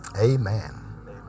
Amen